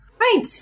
Right